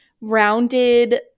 rounded